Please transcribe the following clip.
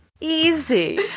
easy